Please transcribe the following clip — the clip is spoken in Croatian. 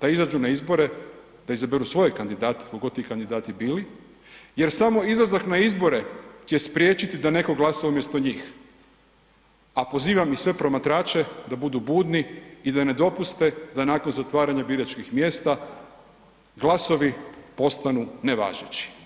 da izađu na izbore, da izaberu svoje kandidate, tko god ti kandidati bili, jer samo izlazak na izbore će spriječiti da neko glasa umjesto njih, a pozivam i sve promatrače da budu budni i da ne dopuste da nakon zatvaranja biračkih mjesta glasovi postanu nevažeći.